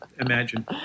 imagine